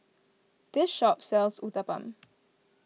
this shop sells Uthapam